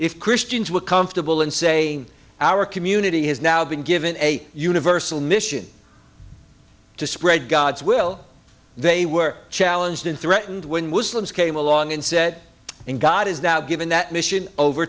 if christians were comfortable and say our community has now been given a universal mission to spread god's will they were challenged and threatened when muslims came along and said and god has now given that mission over